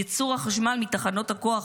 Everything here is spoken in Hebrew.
ייצור החשמל מתחנות הכוח,